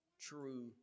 true